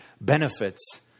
benefits